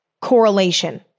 correlation